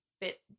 bit